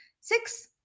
six